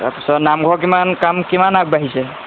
তাৰপিছত নামঘৰ কিমান কাম কিমান আগবাঢ়িছে